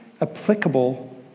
applicable